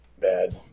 bad